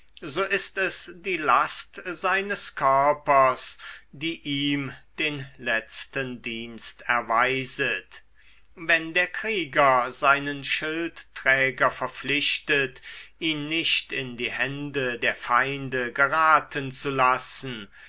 so ist es die last seines körpers die ihm den letzten dienst erweiset wenn der krieger seinen schildträger verpflichtet ihn nicht in die hände der feinde geraten zu lassen